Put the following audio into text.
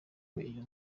iyo